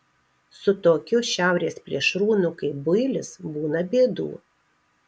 su tokiu šiaurės plėšrūnu kaip builis būna bėdų